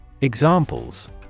Examples